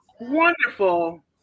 wonderful